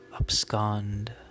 Abscond